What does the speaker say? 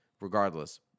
Regardless